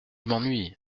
m’ennuies